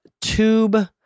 tube